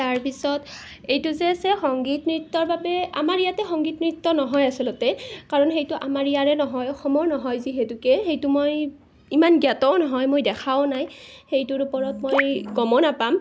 তাৰপিছত এইটো যে আছে সংগীত নৃত্যৰ বাবে আমাৰ ইয়াতে সংগীত নৃত্য নহয় আচলতে কাৰণ সেইটো আমাৰ ইয়াৰে নহয় অসমৰ নহয় যিহেতুকে সেইটো মই ইমান জ্ঞাতও নহয় মই দেখাও নাই সেইটোৰ ওপৰত মই গমো নাপাম